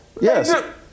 Yes